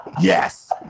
Yes